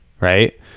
right